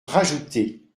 rajouter